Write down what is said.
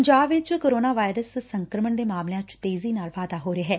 ਪੰਜਾਬ ਵਿਚ corona virus ਸੰਕਰਮਣ ਦੇ ਮਾਮਲਿਆਂ ਚ ਤੇਜ਼ੀ ਨਾਲ ਵਾਧਾ ਹੋ ਰਿਹੈ